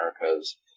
Americas